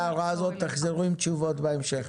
תחזור עם תשובות בהמשך.